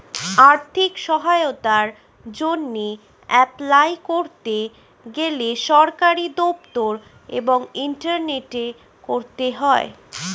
আর্থিক সহায়তার জন্যে এপলাই করতে গেলে সরকারি দপ্তর এবং ইন্টারনেটে করতে হয়